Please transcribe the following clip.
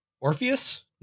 Orpheus